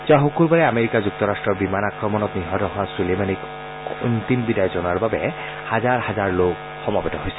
যোৱা শুকুৰবাৰে আমেৰিকা যুক্তৰাট্টৰ বিমান আক্ৰমণত নিহত হোৱা ছুলেমানীক অন্তিম বিদায় জনোৱাৰ বাবে হাজাৰ হাজাৰ লোক সমবেত হৈছিল